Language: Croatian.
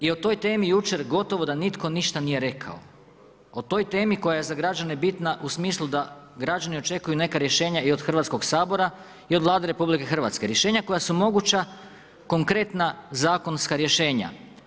I o toj temi jučer gotovo da nitko ništa nije rekao, o toj temi koja je za građane bitna u smislu da građani očekuju neka rješenja i od Hrvatskog sabora i od Vlade RH, rješenja koja su moguća, konkretna, zakonska rješenja.